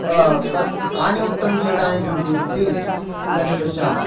कर्तुं कानि उत्तमगीतानि सन्ति इति इदानीं पश्यामः